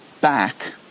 back